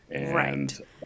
Right